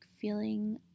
feeling